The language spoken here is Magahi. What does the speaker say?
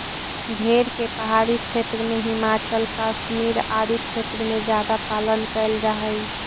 भेड़ के पहाड़ी क्षेत्र में, हिमाचल, कश्मीर आदि क्षेत्र में ज्यादा पालन कैल जा हइ